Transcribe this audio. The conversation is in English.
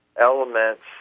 elements